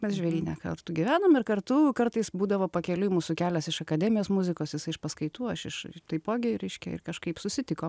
mes žvėryne kartu gyvenom ir kartu kartais būdavo pakeliui mūsų kelias iš akademijos muzikos jisai iš paskaitų aš iš taipogi reiškia ir kažkaip susitikom